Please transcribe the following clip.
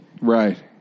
Right